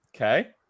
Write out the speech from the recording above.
okay